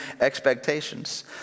expectations